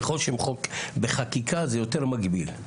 בחקיקה זה יותר מגביל.